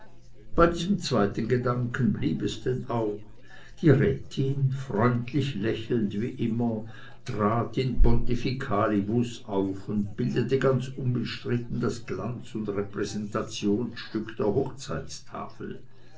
bei diesem zweiten gedanken blieb es denn auch die rätin freundlich lächelnd wie immer trat in pontificalibus auf und bildete ganz unbestritten das glanz und repräsentationsstück der hochzeitstafel